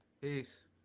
peace